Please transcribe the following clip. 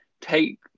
take